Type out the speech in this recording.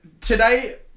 Today